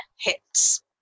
hits